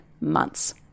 months